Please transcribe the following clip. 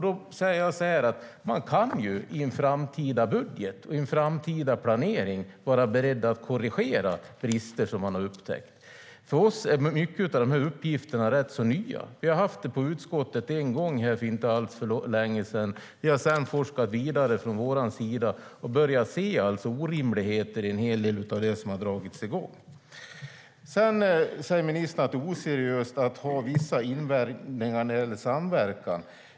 Då säger jag så här: Man kan i en framtida budget och i en framtida planering vara beredd att korrigera brister som man har upptäckt. För oss är mycket av de här uppgifterna rätt nya. Vi har haft det uppe på utskottet en gång för inte så länge sedan, och vi har från vår sida sedan forskat vidare och börjat se orimligheter i en hel del av det som har dragits i gång. Ministern säger att det är oseriöst att ha vissa invändningar när det gäller samverkan.